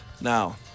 Now